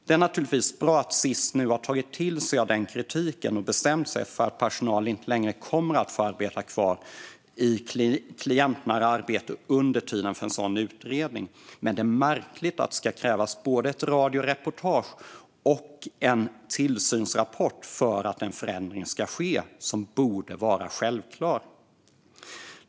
Det är naturligtvis bra att Sis nu har tagit till sig av kritiken och bestämt sig för att personal inte längre kommer att få arbeta klientnära under tiden för en sådan utredning, men det är märkligt att det ska krävas både ett radioreportage och en tillsynsrapport för att det ska ske en sådan förändring, som borde vara självklar.